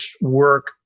work